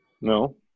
no